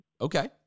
Okay